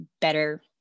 better